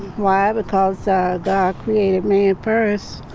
why? because god created man first.